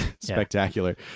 spectacular